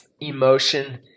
emotion